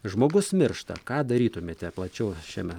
žmogus miršta ką darytumėte plačiau šiame